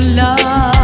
love